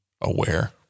aware